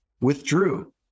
withdrew